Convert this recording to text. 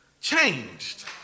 changed